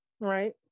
Right